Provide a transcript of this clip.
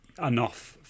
enough